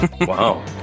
Wow